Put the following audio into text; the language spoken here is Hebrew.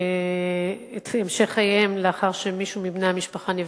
את המשך חייהן לאחר שמישהו מבני המשפחה נפגע.